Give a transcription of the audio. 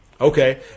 Okay